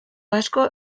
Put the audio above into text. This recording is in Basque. asko